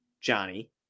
Johnny